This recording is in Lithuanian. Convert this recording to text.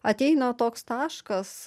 ateina toks taškas